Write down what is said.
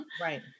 Right